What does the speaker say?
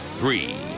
three